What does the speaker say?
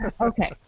Okay